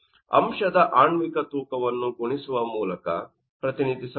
ಅಂಶದ ಆಣ್ವಿಕ ತೂಕವನ್ನು ಗುಣಿಸುವ ಮೂಲಕ ಪ್ರತಿನಿಧಿಸಬಹುದು